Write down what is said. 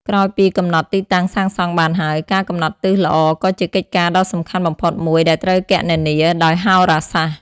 ក្រោយពីកំណត់ទីតាំងសាងសង់បានហើយ ការកំណត់ទិសល្អក៏ជាកិច្ចការដ៏សំខាន់បំផុតមួយដែលត្រូវគណនាដោយហោរាសាស្ត្រ។